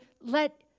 let